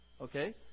Okay